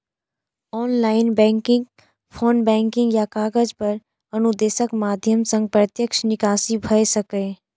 online banking, phone banking या कागज पर अनुदेशक माध्यम सं प्रत्यक्ष निकासी भए सकैए